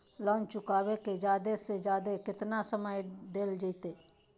Loan चुकाबे के जादे से जादे केतना समय डेल जयते?